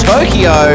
Tokyo